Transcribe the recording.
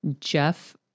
Jeff